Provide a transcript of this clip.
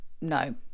no